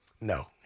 No